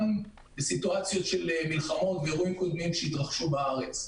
גם מצבים של מלחמות ואירועים שהתרחשו בארץ.